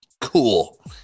Cool